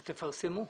אז תפרסמו.